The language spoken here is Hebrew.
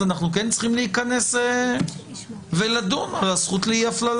אז אנחנו כן צריכים להיכנס ולדון על הזכות לאי הפללה